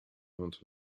hond